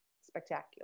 spectacular